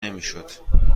نمیشد